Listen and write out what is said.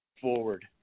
forward